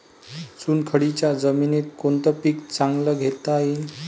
चुनखडीच्या जमीनीत कोनतं पीक चांगलं घेता येईन?